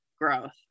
growth